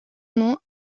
nom